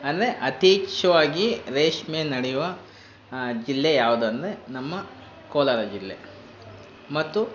ಅಂದರೆ ಯಥೇಚ್ಛವಾಗಿ ರೇಷ್ಮೆ ನಡೆಯುವ ಜಿಲ್ಲೆ ಯಾವುದಂದರೆ ನಮ್ಮ ಕೋಲಾರ ಜಿಲ್ಲೆ ಮತ್ತು